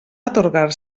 atorgar